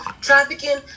trafficking